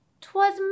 Twas